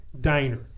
diner